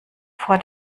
vor